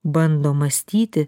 bando mąstyti